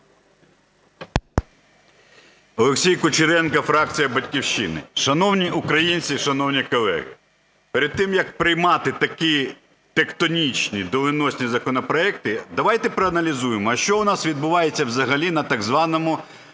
Олексій Кучеренко, фракція "Батьківщина". Шановні українці, шановні колеги, перед тим, як приймати такі тектонічні доленосні законопроекти, давайте проаналізуємо, а що у нас відбувається взагалі на так званому